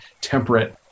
temperate